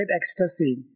ecstasy